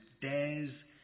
dares